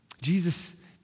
Jesus